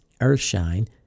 Earthshine